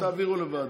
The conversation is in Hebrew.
תעבירו לוועדה,